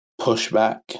pushback